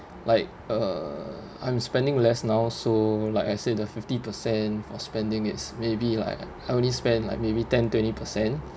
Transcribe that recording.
like uh I'm spending less now so like I said the fifty percent for spending it's maybe like I only spend like maybe ten twenty percent